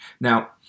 Now